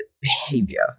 behavior